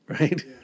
Right